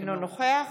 אינו נוכח